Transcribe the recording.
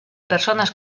personas